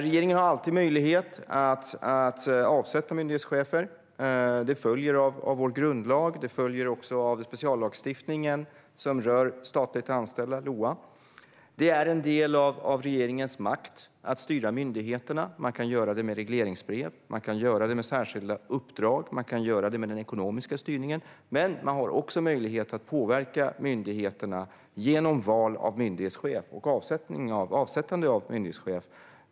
Regeringen har alltid möjlighet att avsätta myndighetschefer. Det följer av vår grundlag. Det följer också av speciallagstiftningen som rör statligt anställda, LOA. Det är en del av regeringens makt att styra myndigheterna. Man kan göra det med regleringsbrev. Man kan göra det med särskilda uppdrag. Man kan göra det med den ekonomiska styrningen. Men man har också möjlighet att påverka myndigheterna genom val av myndighetschef och avsättande av myndighetschef.